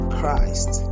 Christ